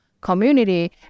community